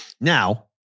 Now